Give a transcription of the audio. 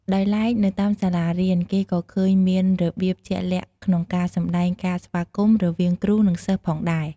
ដោយឡែក នៅតាមសាលារៀន គេក៏ឃើញមានរបៀបជាក់លាក់ក្នុងការសម្ដែងការស្វាគមន៍ រវាងគ្រូ និងសិស្សផងដែរ។